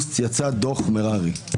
באוגוסט יצא דוח מררי.